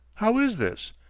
how is this?